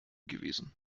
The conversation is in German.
gewesen